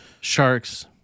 Sharks